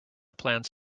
plans